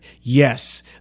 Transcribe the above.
yes